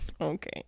Okay